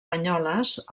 banyoles